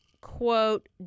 quote